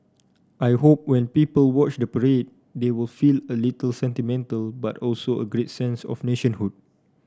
I hope when people watch the parade they will feel a little sentimental but also a great sense of nationhood